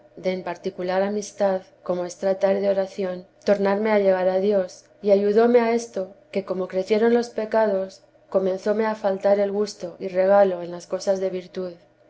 en tan particular amistad como es tratar de oracióntornarme a llegar a dios y ayudóme a esto que como crecieron los pecados comenzóme a faltar el gusto y regalo en las cosas de virtud